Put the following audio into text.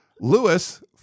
Lewis